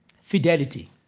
fidelity